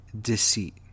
deceit